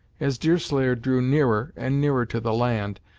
as deerslayer drew nearer and nearer to the land,